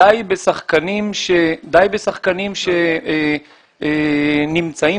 לחשוב ודאות לרוכש שלנו.